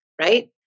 right